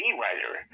writer